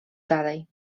dalej